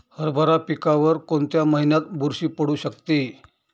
हरभरा पिकावर कोणत्या महिन्यात बुरशी पडू शकते?